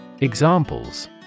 Examples